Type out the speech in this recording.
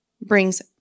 brings